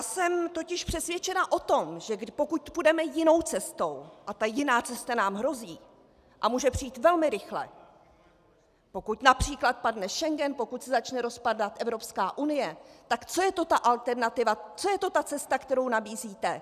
Jsem totiž přesvědčená o tom, že pokud půjdeme jinou cestou, a ta jiná cesta nám hrozí a může přijít velmi rychle, pokud například padne Schengen, pokud se začne rozpadat Evropská unie tak co je to ta alternativa, co je to ta cesta, kterou nabízíte?